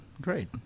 great